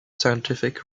scientific